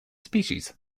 species